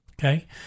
okay